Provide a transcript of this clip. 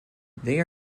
they